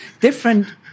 different